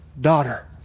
daughter